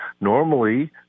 normally